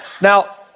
Now